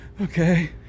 okay